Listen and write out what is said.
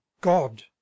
God